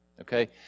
Okay